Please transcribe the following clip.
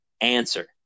answer